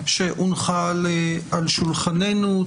שהונחה על שולחננו.